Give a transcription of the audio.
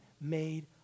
made